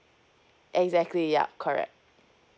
exactly ya correct